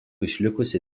išlikusi